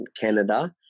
Canada